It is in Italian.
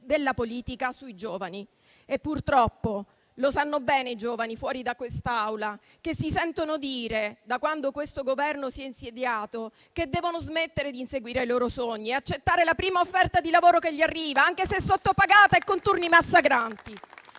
della politica sui giovani. Purtroppo lo sanno bene i giovani fuori da quest'Aula, che si sentono dire, da quando questo Governo si è insediato, che devono smettere di inseguire i loro sogni e accettare la prima offerta di lavoro che arriva loro, anche se sottopagata e con turni massacranti.